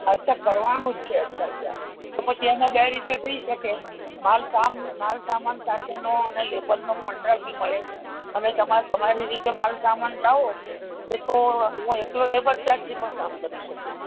અચ્છા કરવાનું જ છે અચ્છા અચ્છા તો પછી એમાં બે રીતે થઇ શકે માલ સામ માલ સામાન સાથેનો અને લેબરનો પણ કોન્ટ્રાક બી મળે અને તમારે તમારી રીતે માલ સામાન લાવો એ તો હું એકલો લેબર ચાર્જથી પણ કામ કરી શકું